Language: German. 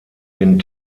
den